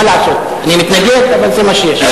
מה לעשות, אני מתנגד, אבל זה מה שיש.